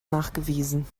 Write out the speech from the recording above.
nachgewiesen